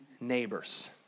neighbors